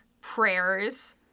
prayers